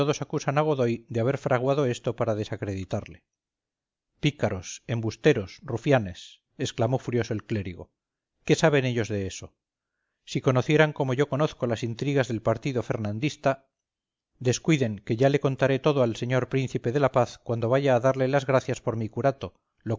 acusan a godoy de haber fraguado esto para desacreditarle pícaros embusteros rufianes exclamó furioso el clérigo qué saben ellos de eso si conocieran como yo conozco las intrigas del partido fernandista descuiden que ya le contaré todo al señor príncipe de la paz cuando vaya a darle las gracias por mi curato